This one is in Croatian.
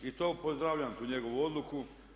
I to pozdravljam tu njegovu odluku.